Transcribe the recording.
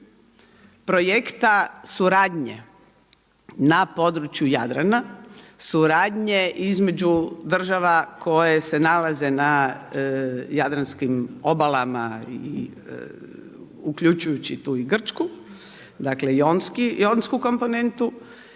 projekta suradnje na području Jadrana, suradnje između država koje se nalaze na jadranskim obalama, uključujući tu i Grčku dakle jonsku komponentu